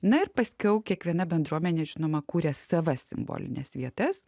na ir paskiau kiekviena bendruomenė žinoma kūrė savas simbolines vietas